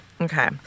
Okay